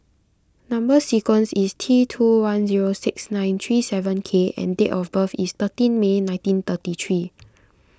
Number Sequence is T two one zero six nine three seven K and date of birth is thirteen May nineteen thirty three